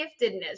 giftedness